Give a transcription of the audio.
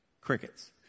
Crickets